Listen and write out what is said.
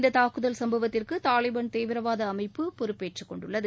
இந்த தாக்குதல் சம்பவத்திற்கு தாலிபன் தீவிரவாத அமைப்பு பொறுப்பேற்று கொண்டுள்ளது